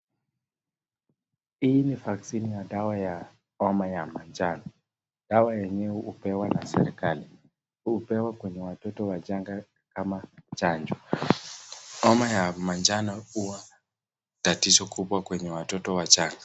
Hii ni vaccine ya dawa ya homa ya manjano, dawa yenyewe hupewa na serikali. Hupewa kwenye watoto wachanga kama chanjo, homa ya manjano huwa tatizo kubwa kwenye watoto wachanga.